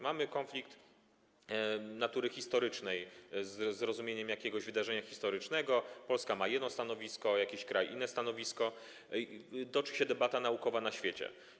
Mamy konflikt natury historycznej, jeśli chodzi o zrozumienie jakiegoś wydarzenia historycznego, Polska ma jedno stanowisko, jakiś kraj - inne stanowisko, toczy się debata naukowa na świecie.